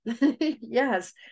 Yes